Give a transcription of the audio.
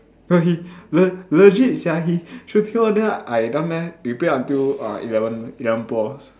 no he le~ legit sia he shooting all then I down there we play until uh eleven eleven balls